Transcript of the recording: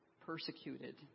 persecuted